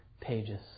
pages